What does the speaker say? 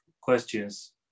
questions